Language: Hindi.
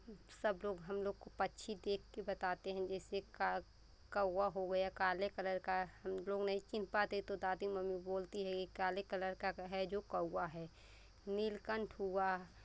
सब लोग हम लोग को पक्षी देख के बताते हैं जैसे का कौवा हो गया काले कलर का हम लोग नहीं चिन्ह पाते तो दादी मम्मी बोलती है ये काले कलर का है जो कौवा है नीलकंठ हुआ